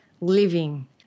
living